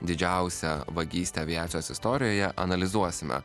didžiausią vagystę aviacijos istorijoje analizuosime